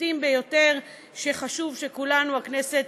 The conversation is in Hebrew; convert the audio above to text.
פשוטים ביותר, שחשוב שכולנו בכנסת